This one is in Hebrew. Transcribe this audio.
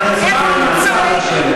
חברת הכנסת יעל גרמן, נא לשבת.